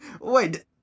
wait